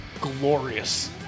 glorious